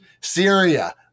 Syria